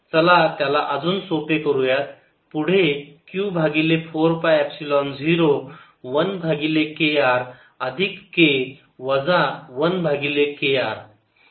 चला त्याला अजून सोपे करूया पुढे q भागिले 4 पाय एपसिलोन 0 1 भागिले k r अधिक k वजा 1 भागिले k R